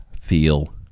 feel